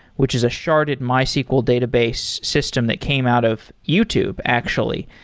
which is a sharded mysql database system that came out of youtube actually.